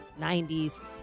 90s